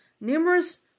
Numerous